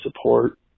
support